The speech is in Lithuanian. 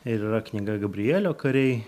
ir yra knyga gabrielio kariai